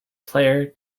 player